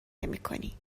نمیکنی